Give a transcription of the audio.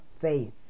faith